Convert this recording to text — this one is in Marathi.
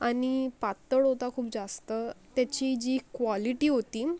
आणि पातळ होता खूप जास्त त्याची जी क्वालिटी होती